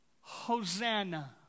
Hosanna